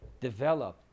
develop